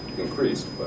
increased